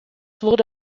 wurde